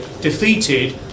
defeated